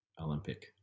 Olympic